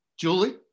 Julie